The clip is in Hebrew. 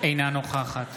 אינה נוכחת